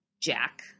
Jack